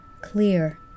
clear